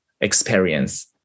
experience